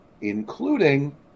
including